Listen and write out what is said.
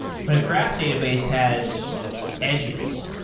but a graph database has edges.